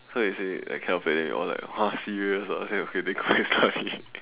so you say that kind of feeling !wah! serious okay okay that kind of feeling